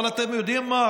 אבל אתם יודעים מה?